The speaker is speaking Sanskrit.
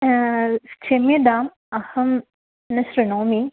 क्षम्यताम् अहं न श्रुणोमि